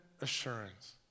assurance